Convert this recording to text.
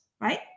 right